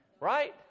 Right